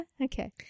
okay